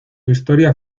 historia